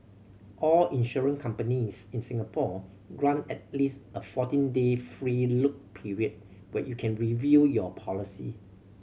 all insurance companies in Singapore grant at least a fourteen day free look period where you can review your policy